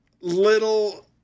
little